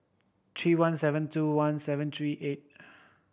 three one seven two one seven three eight